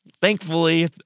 thankfully